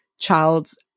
child's